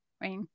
right